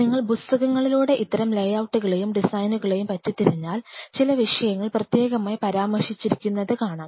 നിങ്ങൾ പുസ്തകങ്ങളിലൂടെ ഇത്തരം ലേയൌട്ടുകളെയും ഡിസൈനുകളെയും പറ്റി തിരഞ്ഞാൽ ചില വിഷയങ്ങൾ പ്രത്യേകമായി പരാമർശിച്ചിരിക്കുന്നത് കാണാം